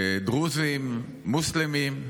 דרוזים, מוסלמים,